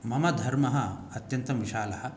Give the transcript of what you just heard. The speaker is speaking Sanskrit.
मम धर्मः अत्यन्तं विशालः